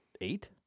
Eight